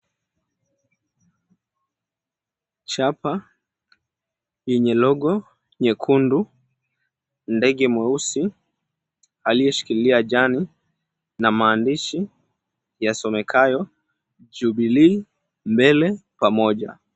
Chapa yenye logo nyekundu ndege mweusi aliyeshikilia jani na maandishi yasomekayo, Jubilee Mbele Pamoja.